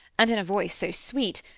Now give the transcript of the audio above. and in a voice so sweet,